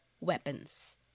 weapons